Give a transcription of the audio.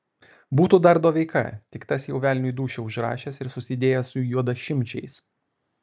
būtų dar doveika tik tas jau velniui dūšią užrašęs ir susidėjęs su juodašimčiais